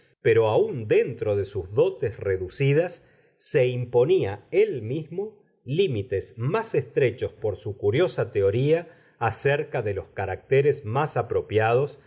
pero aun dentro de sus dotes reducidos se imponía él mismo límites más estrechos por su curiosa teoría acerca de los caracteres más apropiados